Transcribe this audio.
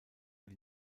die